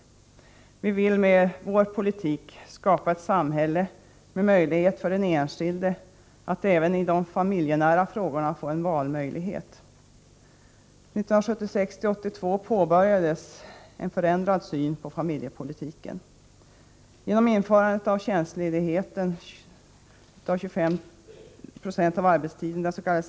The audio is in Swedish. Vi vill med vår politik skapa ett samhälle med möjlighet för den enskilde att även i de familjenära frågorna få en valmöjlighet. Åren 1976-1982 påbörjades en förändring av synen på familjepolitiken. Genom införandet av tjänstledighet under 25 96 av arbetstiden, dens.k.